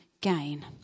gain